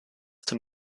denn